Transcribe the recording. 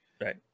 Right